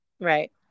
Right